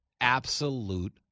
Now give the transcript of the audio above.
absolute